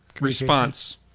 response